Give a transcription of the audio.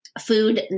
food